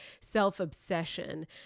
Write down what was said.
self-obsession